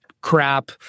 crap